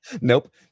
Nope